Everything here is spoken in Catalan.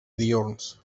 diürns